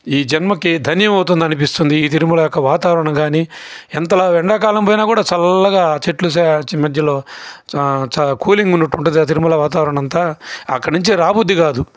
ఈ జన్మకి ధన్యం అవుతుందని అనిపిస్తుంది ఈ తిరుమల యొక్క వాతావరణము గాని ఎంత లా ఎండాకాలం పోయినా కూడా చల్లగా చెట్లు మధ్యలో చాలా కూలింగ్ ఉన్నట్టు ఉంటుంది ఆ తిరుమలలో వాతావరణము అంతా అక్కడ నుంచి రాబుద్ధి కాదు